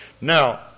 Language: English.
Now